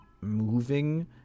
moving